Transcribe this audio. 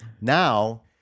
Now